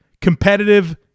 competitive